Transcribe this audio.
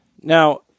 Now